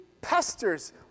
pesters